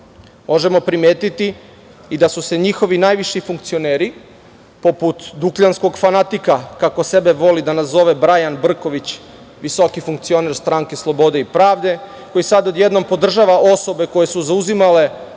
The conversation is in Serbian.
vlast. Možemo primetiti i da su se njihovi najviši funkcioneri, poput Dukljanskog fanatika, kako sebe voli da nazove Brajan Brković, visoki funkcioner SSP, koji sada odjednom podržava osobe koje su zauzimale